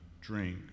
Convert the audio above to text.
drink